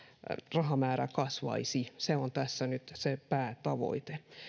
rahamäärä kasvaisi se on tässä nyt se päätavoite